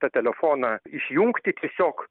tą telefoną išjungti tiesiog